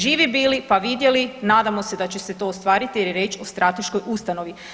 Živi bili pa vidjeli, nadamo se da će se to ostvariti jer je riječ o strateškoj ustanovi.